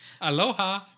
Aloha